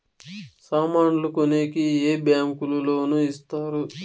సామాన్లు కొనేకి ఏ బ్యాంకులు లోను ఇస్తారు?